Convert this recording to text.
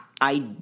I